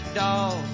dog